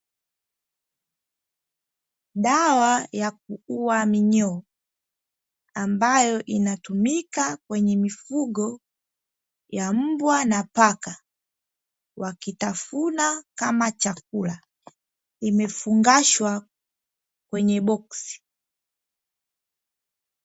Dawa ya kuua minyoo ambayo inatumika kwenye mifugo ya mbwa na paka, wakitafuna kama chakula imefungashwa kwenye boksi.